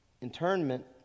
internment